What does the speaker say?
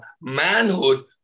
manhood